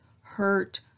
hurt